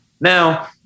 Now